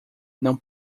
não